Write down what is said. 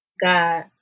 God